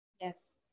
yes